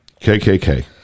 kkk